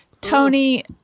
Tony